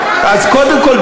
אז קודם כול,